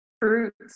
Fruits